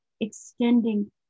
extending